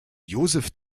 josef